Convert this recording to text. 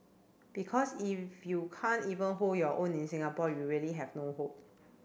because if you can't even hold your own in Singapore you really have no hope